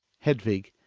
hedvig,